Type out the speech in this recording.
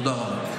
תודה רבה.